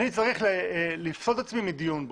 אני צריך לפסול את עצמי מדיון בו.